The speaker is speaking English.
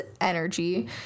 energy